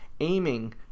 aiming